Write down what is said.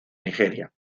nigeria